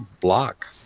block